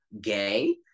gay